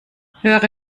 höhere